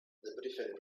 briefing